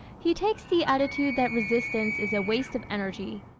he takes the attitude that resistance is a waste of energy.